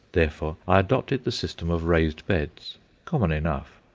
therefore i adopted the system of raised beds common enough.